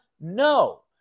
No